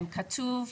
הם כתובים,